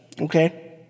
okay